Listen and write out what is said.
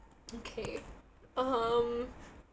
okay um